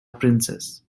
princes